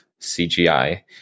CGI